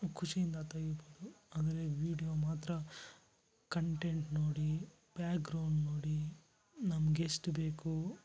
ಖುಷಿಯಿಂದ ತೆಗಿಬೋದು ಅಂದರೆ ವೀಡಿಯೊ ಮಾತ್ರ ಕಂಟೆಂಟ್ ನೋಡಿ ಬ್ಯಾಗ್ರೌಂಡ್ ನೋಡಿ ನಮ್ಗೆ ಎಷ್ಟು ಬೇಕು